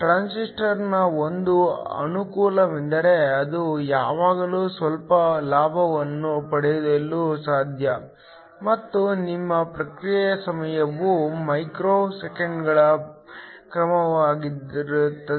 ಟ್ರಾನ್ಸಿಸ್ಟರ್ನ ಒಂದು ಅನುಕೂಲವೆಂದರೆ ಅದು ಯಾವಾಗಲೂ ಸ್ವಲ್ಪ ಲಾಭವನ್ನು ಪಡೆಯಲು ಸಾಧ್ಯ ಮತ್ತು ನಿಮ್ಮ ಪ್ರತಿಕ್ರಿಯೆ ಸಮಯವು ಮೈಕ್ರೋ ಸೆಕೆಂಡುಗಳ ಕ್ರಮವಾಗಿರುತ್ತದೆ